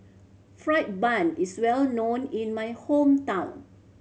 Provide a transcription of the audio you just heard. fried bun is well known in my hometown